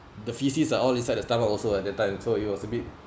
the faeces are all inside the stomach also uh at that time so it was a bit